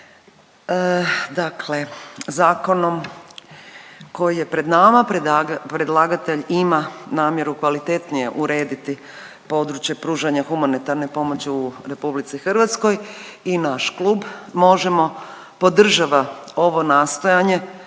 Dakle, zakonom koji je pred nama predlagatelj ima namjeru kvalitetnije urediti područje pružanja humanitarne pomoći u RH i naš Klub Možemo!, podržava ovo nastoje